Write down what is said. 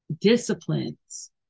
disciplines